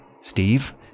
Steve